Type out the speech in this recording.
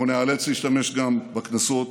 אנחנו ניאלץ להשתמש גם בקנסות,